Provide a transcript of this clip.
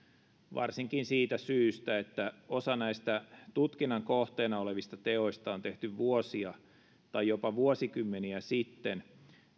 varsinkin siitä syystä että osa näistä tutkinnan kohteena olevista teoista on tehty vuosia tai jopa vuosikymmeniä sitten